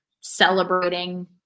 celebrating